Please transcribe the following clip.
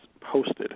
posted